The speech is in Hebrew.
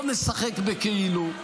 לא נשחק בכאילו,